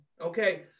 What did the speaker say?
Okay